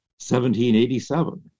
1787